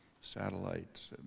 satellites